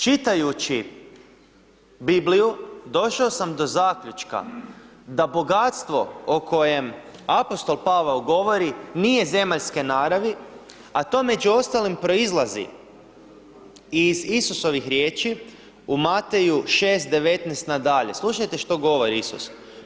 Čitajući Bibliju, došao sam do zaključka da bogatstvo o kojem apostol Pavao govori nije zemaljske naravi, a to među ostalim proizlazi iz Isusovih riječi u Mateju 6,19 nadalje, slušajte što govori Isus.